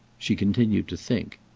she continued to think.